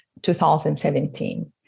2017